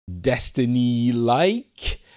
Destiny-like